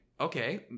okay